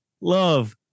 love